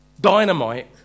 dynamite